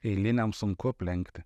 eiliniam sunku aplenkti